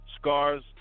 Scars